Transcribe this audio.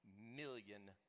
million